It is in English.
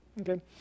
Okay